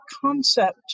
concept